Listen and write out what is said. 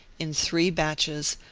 in three batches,